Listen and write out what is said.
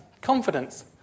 confidence